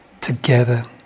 together